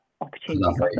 opportunities